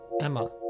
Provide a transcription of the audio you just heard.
Emma